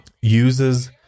uses